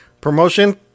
promotion